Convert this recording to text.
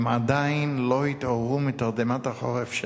הם עדיין לא התעוררו מתרדמת החורף שלהם,